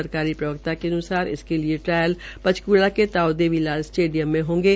सरकारी प्रवक्ता के अनुसार इसके लिए ट्रायल पंचकूला के ताऊ देवी लाल स्टेडियम में होंगे